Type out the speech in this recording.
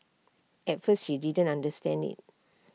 at first she didn't understand IT